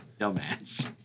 dumbass